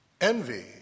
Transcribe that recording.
envy